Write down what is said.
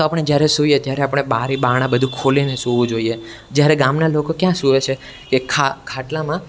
તો આપણે જ્યારે સૂઈએ ત્યારે આપણે બારી બારણાં બધું ખોલીને સૂવું જોઈએ જ્યારે ગામનાં લોકો કયાં સૂવે છે કે ખાટલામાં